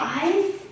eyes